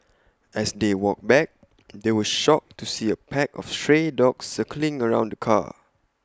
as they walked back they were shocked to see A pack of stray dogs circling around the car